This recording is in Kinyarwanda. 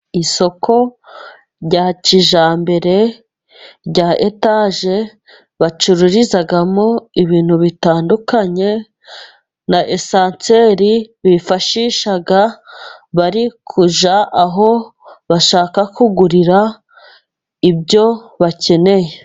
Isoko rya kijyambere rya etage bacururizamo ibintu bitandukanye na esanceri bifashisha barijya aho bashaka kugurira ibyo bakeneye.